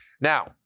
Now